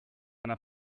einer